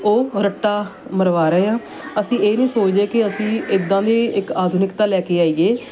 ਉਹ ਰੱਟਾ ਮਰਵਾ ਰਹੇ ਹਾਂ ਅਸੀਂ ਇਹ ਨਹੀਂ ਸੋਚਦੇ ਕਿ ਅਸੀਂ ਇੱਦਾਂ ਦੇ ਇੱਕ ਆਧੁਨਿਕਤਾ ਲੈ ਕੇ ਆਈਏ